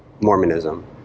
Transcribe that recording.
Mormonism